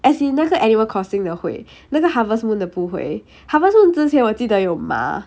as in 那个 animal crossing 的会那个 harvest moon 的不会 harvest moon 之前我记得有马